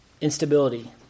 instability